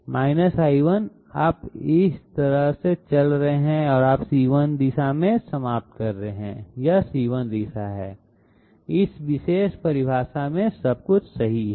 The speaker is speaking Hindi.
I1 आप इस तरह से चल रहे हैं और आप c1 दिशा में समाप्त कर रहे हैं यह c1 दिशा है इस विशेष परिभाषा में सब कुछ सही है